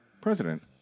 President